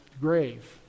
grave